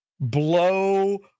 blow